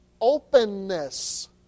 openness